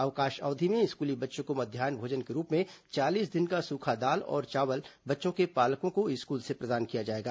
अवकाश अवधि में स्कूली बच्चों को मध्यान्ह भोजन के रूप में चालीस दिन का सूखा दाल और चावल बच्चों के पालकों को स्कूल से प्रदान किया जाएगा